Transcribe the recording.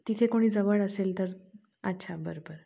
तिथे कोणी जवळ असेल तर अच्छा बरं बरं